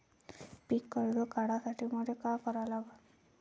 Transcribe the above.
पिक कर्ज काढासाठी मले का करा लागन?